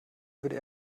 würde